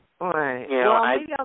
Right